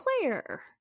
Claire